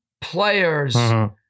players